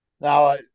Now